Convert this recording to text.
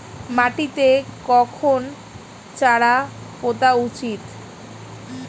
মাটিতে কখন চারা পোতা উচিৎ?